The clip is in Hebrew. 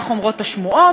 כך אומרות השמועות,